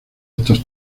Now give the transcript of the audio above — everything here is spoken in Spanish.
estos